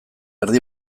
erdi